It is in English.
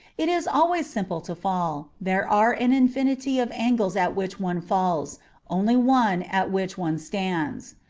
it is always simple to fall there are an infinity of angles at which one falls only one at which one stands.